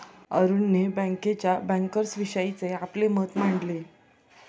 अरुणने बँकेच्या बँकर्सविषयीचे आपले मत मांडले